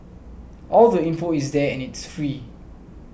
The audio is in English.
all the info is there and it's free